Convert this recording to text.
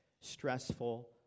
stressful